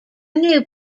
new